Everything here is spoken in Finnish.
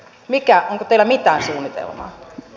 mikä on tele mitään suunnitelmaa